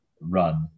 run